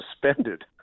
suspended